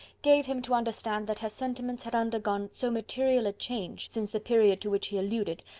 gave him to understand that her sentiments had undergone so material a change, since the period to which he alluded,